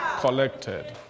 collected